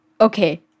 okay